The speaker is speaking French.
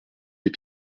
lès